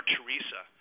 Teresa